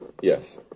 yes